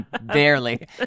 barely